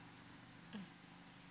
mm